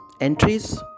entries